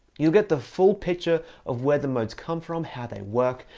you'll get the full picture of where the modes come from, how they work,